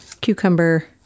cucumber